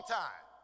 time